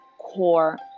core